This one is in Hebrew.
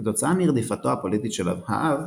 כתוצאה מרדיפתו הפוליטית של האב,